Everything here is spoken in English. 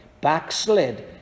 backslid